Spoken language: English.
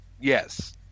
Yes